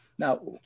Now